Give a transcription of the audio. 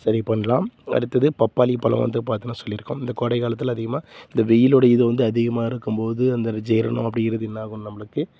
சரிப் பண்ணலாம் அடுத்தது பப்பாளி பழம் வந்து பார்த்தின்னா சொல்லியிருக்கோம் இந்த கோடை காலத்தில் அதிகமாக இந்த வெயிலோடைய இதை வந்து அதிகமாக இருக்கும்போது அந்த ஜீரணம் அப்படிங்கிறது என்னாகும் நம்மளுக்கு